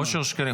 אושר שקלים,